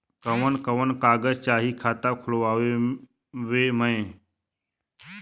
कवन कवन कागज चाही खाता खोलवावे मै?